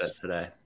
today